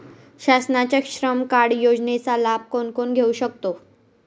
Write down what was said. शासनाच्या श्रम कार्ड योजनेचा लाभ कोण कोण घेऊ शकतो?